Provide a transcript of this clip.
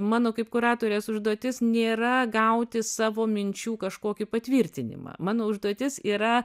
mano kaip kuratorės užduotis nėra gauti savo minčių kažkokį patvirtinimą mano užduotis yra